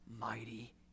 mighty